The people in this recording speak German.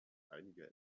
einige